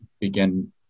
begin